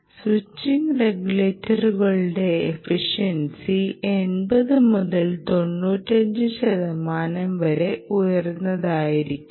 switching റെഗുലേറ്ററുകളുടെ efficiency 80 മുതൽ 95 ശതമാനം വരെ ഉയർന്നതായിരിക്കും